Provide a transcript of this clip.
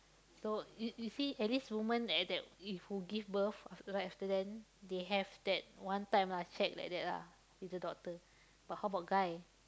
so you you see at least women at that if who give birth after right then they have that one time lah check like that ah with the doctor but how about guy